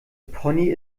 pony